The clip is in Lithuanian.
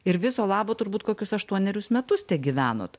ir viso labo turbūt kokius aštuonerius metus tegyvenot